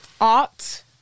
Art